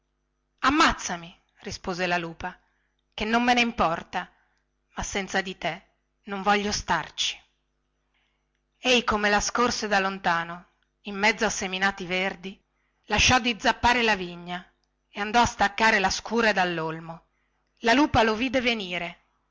ammazzami rispose la lupa chè non me ne importa ma senza di te non voglio starci ei come la scorse da lontano in mezzo a seminati verdi lasciò di zappare la vigna e andò a staccare la scure dallolmo la lupa lo vide venire